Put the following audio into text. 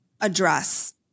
address